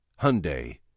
Hyundai